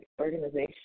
organization